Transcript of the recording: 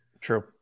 True